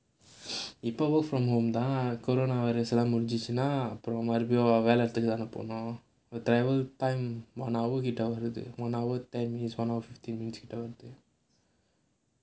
இப்போ:ippo work from home தான்:thaan corona virus லாம் முடிஞ்சிருச்சுனா அப்புறம் மறுபடியும் வேலை இடத்துக்கு தானே போனும்:laam mudinchchiruchunaa appuram marupadiyum velai idathukku thaanae ponum travel time one hour கிட்ட ஆகுது:kitta aaguthu one hour ten minutes one hour fifteen கிட்ட ஆகுது:kitta aaguthu